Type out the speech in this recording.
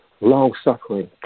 long-suffering